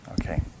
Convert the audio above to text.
okay